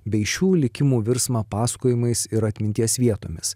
bei šių likimų virsmą pasakojimais ir atminties vietomis